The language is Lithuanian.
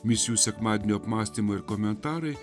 misijų sekmadienio apmąstymų ir komentarai